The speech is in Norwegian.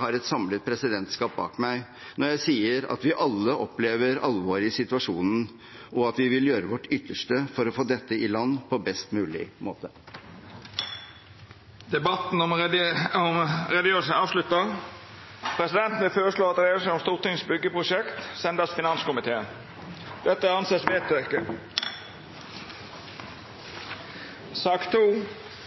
har et samlet presidentskap bak meg når jeg sier at vi alle opplever alvoret i situasjonen, og at vi vil gjøre vårt ytterste for å få dette i land på en best mulig måte. Debatten om utgreiinga er med dette avslutta, og presidenten vil føreslå at utgreiinga om Stortingets byggjeprosjekt vert send til finanskomiteen.